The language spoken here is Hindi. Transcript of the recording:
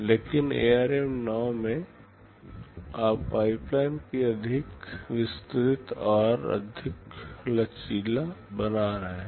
लेकिन एआरएम 9 में आप पाइपलाइन को अधिक विस्तृत और अधिक लचीला बना रहे हैं